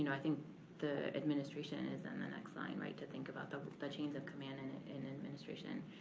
and i think the administration is in the next line like to think about the the chains of command and in administration.